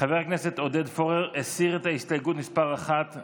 חבר הכנסת עודד פורר הסיר את הסתייגות מס' 1,